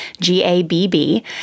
G-A-B-B